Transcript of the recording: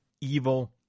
evil